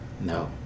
No